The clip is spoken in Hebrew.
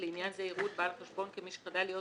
לעניין זה יראו את בעל החשבון כמי שחדל להיות